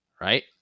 right